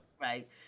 Right